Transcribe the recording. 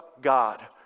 God